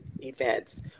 events